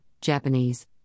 Japanese